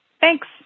Thanks